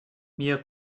mir